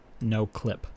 NoClip